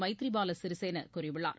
Maithri பாலசிறிசேனகூறியுள்ளார்